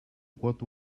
what